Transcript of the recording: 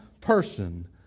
person